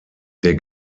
der